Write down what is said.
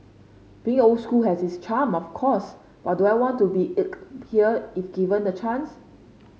being old school has its charm of course but do I want to be inked here if given the chance